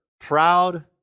proud